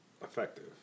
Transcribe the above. effective